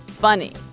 funny